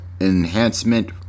enhancement